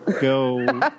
go